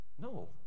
No